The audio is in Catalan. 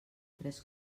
tres